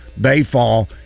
Bayfall